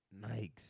nikes